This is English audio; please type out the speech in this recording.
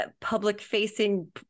public-facing